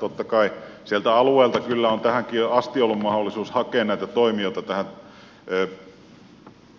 totta kai sieltä alueilta on tähänkin asti ollut mahdollisuus hakea näitä toimijoita tähän